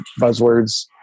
buzzwords